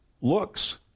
looks